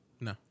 No